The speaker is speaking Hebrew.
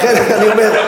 לכן אני אומר,